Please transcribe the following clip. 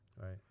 Right